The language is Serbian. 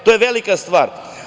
To je velika stvar.